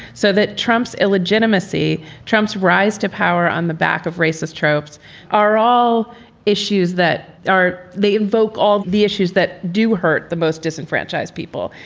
so that trump's illegitimacy. trump's rise to power on the back of racist tropes are all issues that are they evoke all the issues that do hurt the most disenfranchised people.